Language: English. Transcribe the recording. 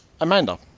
Amanda